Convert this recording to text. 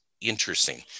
interesting